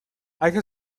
اگه